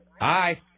Hi